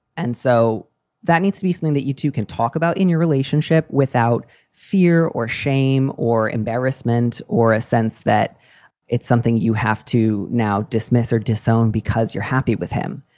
and so that needs to be something that you two can talk about in your relationship without fear or shame or embarrassment or a sense that it's something you have to now dismiss or disown because you're happy with him.